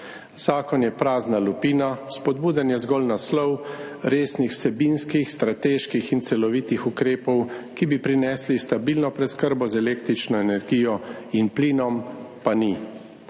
Zakon je prazna lupina, spodbujanje zgolj naslov, resnih vsebinskih, strateških in celovitih ukrepov, ki bi prinesli stabilno preskrbo z električno energijo in plinom, pa ni.